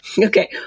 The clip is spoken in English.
Okay